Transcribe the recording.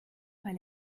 weil